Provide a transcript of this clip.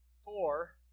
Four